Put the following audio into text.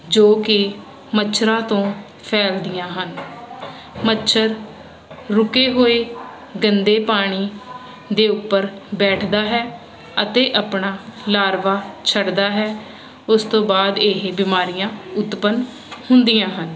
ਜੋ ਕੀ ਮੱਛਰਾਂ ਤੋਂ ਫੈਲਦੀਆਂ ਹਨ ਮੱਛਰ ਰੁਕੇ ਹੋਏ ਗੰਦੇ ਪਾਣੀ ਦੇ ਉੱਪਰ ਬੈਠਦਾ ਹੈ ਅਤੇ ਆਪਣਾ ਲਾਰਵਾ ਛੱਡਦਾ ਹੈ ਉਸ ਤੋਂ ਬਾਦ ਇਹ ਬਿਮਾਰੀਆਂ ਉਤਪਨ ਹੁੰਦੀਆਂ ਹਨ